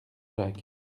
jacques